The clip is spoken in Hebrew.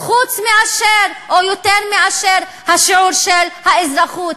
חוץ מאשר או יותר מאשר שיעור אזרחות.